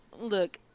look